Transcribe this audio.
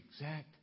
exact